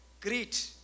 greet